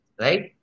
right